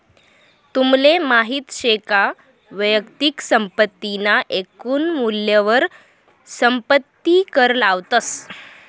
तुमले माहित शे का वैयक्तिक संपत्ती ना एकून मूल्यवर संपत्ती कर लावतस